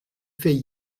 fait